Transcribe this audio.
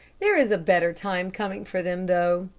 there is a better time coming for them though.